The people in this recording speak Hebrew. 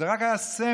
זה רק היה סמל.